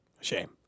Shame